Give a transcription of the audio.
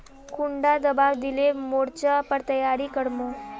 कुंडा दाबा दिले मोर्चे पर तैयारी कर मो?